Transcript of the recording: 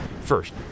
First